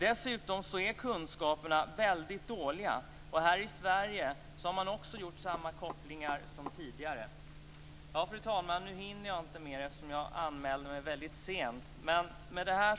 Dessutom är kunskaperna dåliga. Här i Sverige har man gjort samma kopplingar som tidigare. Fru talman! Eftersom jag anmälde mig väldigt sent till debatten hinner jag inte säga mer.